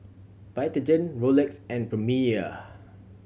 Vitagen Rolex and Premier